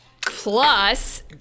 Plus